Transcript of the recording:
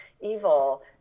evil